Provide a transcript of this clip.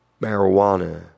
marijuana